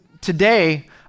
today